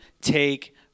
take